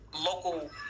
local